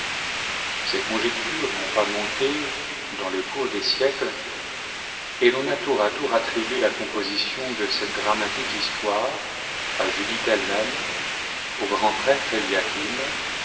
ces conjectures n'ont pas manqué dans le cours des siècles et l'on a tour à tour attribué la composition de cette dramatique histoire à judith elle même au grand prêtre éliachim